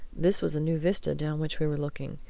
this was a new vista down which we were looking,